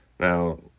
Now